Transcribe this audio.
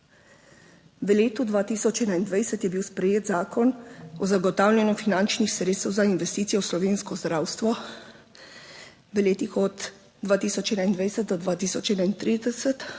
V letu 2021 je bil sprejet Zakon o zagotavljanju finančnih sredstev za investicije v slovensko zdravstvo v letih od 2021 do 2031 z